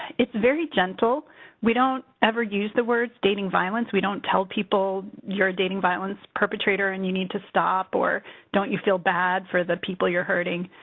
it's very gentle we don't ever use the words dating violence. we don't tell people, you're a dating violence perpetrator and you need to stop or don't you feel bad for the people you're hurting?